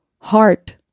heart